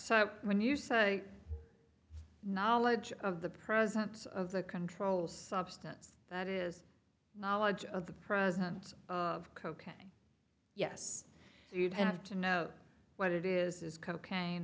so when you say knowledge of the presence of the control substance that is knowledge of the presence of coca yes you'd have to know what it is is cocaine